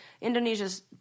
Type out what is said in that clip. Indonesia's